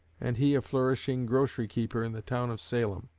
and he a flourishing grocery-keeper in the town of salem.